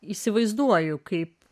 įsivaizduoju kaip